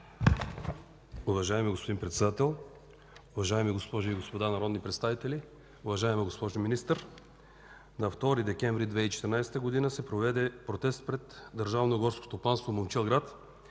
Уважаеми господин Председател, уважаеми госпожи и господа народни представители, уважаема госпожо Министър! На 2 декември 2014 г. се проведе протест пред Държавно горско стопанство – Момчилград,